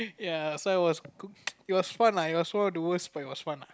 ya so I was it was fun lah it was one of the worst but it was fun lah